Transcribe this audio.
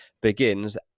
begins